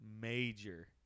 major